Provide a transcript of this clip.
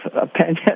opinion